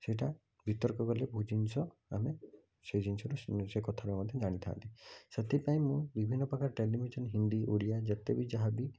ସେଇଟା ବିତର୍କ କଲେ ବହୁତ ଜିନିଷ ଆମେ ସେଇ ଜିନିଷରୁ ସେଇ କଥାରୁ ମଧ୍ୟ ଜାଣିଥାନ୍ତି ସେଥିପାଇଁ ମୁଁ ବିଭିନ୍ନ ପ୍ରକାର ଟେଲିଭିଜନ ହିନ୍ଦୀ ଓଡ଼ିଆ ଯେତେ ବି ଯାହା ବି